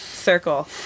circle